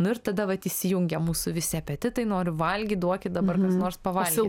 nu ir tada vat įsijungia mūsų visi apetitai noriu valgyt duokit dabar kas nors pavalgyt